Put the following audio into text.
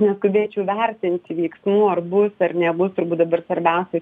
neskubėčiau vertinti veiksmų ar bus ar nebus turbūt dabar svarbiausia